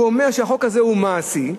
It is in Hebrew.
הוא אומר שהחוק הזה הוא מעשי,